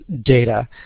data